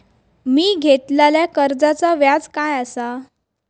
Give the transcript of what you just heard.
मी घेतलाल्या कर्जाचा व्याज काय आसा?